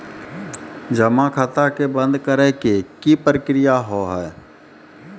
जमा खाता के बंद करे के की प्रक्रिया हाव हाय?